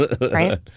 Right